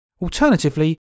Alternatively